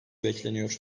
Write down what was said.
bekleniyor